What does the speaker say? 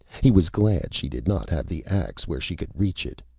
he was glad she did not have the axe where she could reach it.